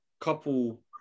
Couple